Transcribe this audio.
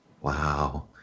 Wow